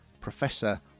Professor